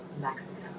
Mexico